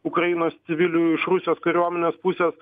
ukrainos civilių iš rusijos kariuomenės pusės